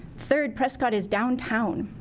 third, prescott is downtown.